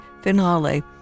finale